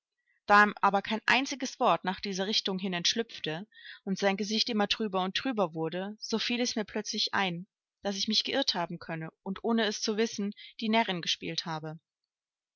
aber kein einziges wort nach dieser richtung hin entschlüpfte und sein gesicht immer trüber und trüber wurde so fiel es mir plötzlich ein daß ich mich geirrt haben könne und ohne es zu wissen die närrin gespielt habe